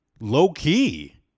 low-key